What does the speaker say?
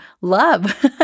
love